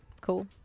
Cool